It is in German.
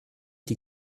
die